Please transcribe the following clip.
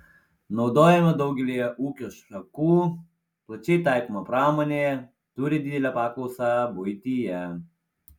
naudojama daugelyje ūkio šakų plačiai taikoma pramonėje turi didelę paklausą buityje